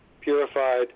purified